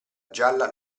gialla